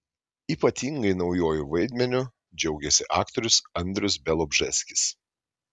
ypatingai naujuoju vaidmeniu džiaugiasi aktorius andrius bialobžeskis